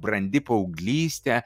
brandi paauglystė